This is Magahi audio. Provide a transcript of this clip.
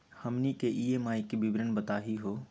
हमनी के ई.एम.आई के विवरण बताही हो?